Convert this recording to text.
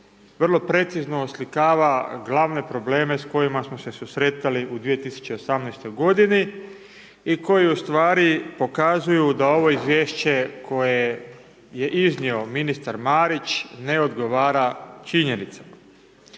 vrlo precizno oslikava glavne probleme s kojima smo se susretali u 2018. godini i koji u stvari pokazuju da ovo izvješće koje je iznio ministar Marić ne odgovara činjenicama.